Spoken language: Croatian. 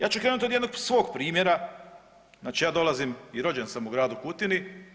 Ja ću krenut od jednog svog primjera, znači ja dolazim i rođen sam u gradu Kutini.